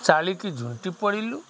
ଚାଲିକି ଝୁଣ୍ଟି ପଡ଼ିଲୁ